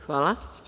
Hvala.